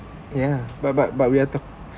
yeah but but but we are talk